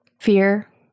fear